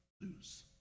lose